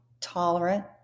tolerant